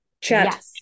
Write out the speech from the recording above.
chat